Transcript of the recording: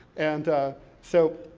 and so,